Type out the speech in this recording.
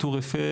מגדל אייפל,